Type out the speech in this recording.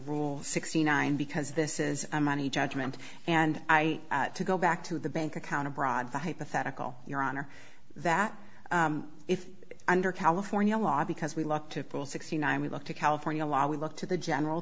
rule sixty nine because this is a money judgment and i to go back to the bank account abroad the hypothetical your honor that if under california law because we look to pool sixty nine we look to california law we look to the general